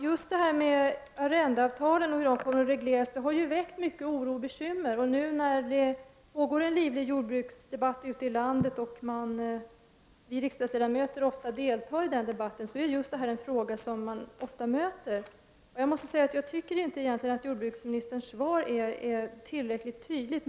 Herr talman! Just arrendeavtalen och hur de kommer att regleras har väckt mycket oro och bekymmer. Nu när det pågår en livlig jordbruksdebatt ute i landet, som vi riksdagsledamöter ofta deltar i, är detta en fråga som vi ofta möter. Jag tycker inte att jordbruksministerns svar är tillräckligt tydligt.